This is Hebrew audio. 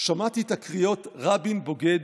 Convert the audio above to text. שמעתי את הקריאות "רבין בוגד".